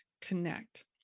Connect